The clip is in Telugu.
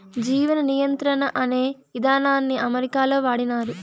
జీవ నియంత్రణ అనే ఇదానాన్ని అమెరికాలో వాడినారు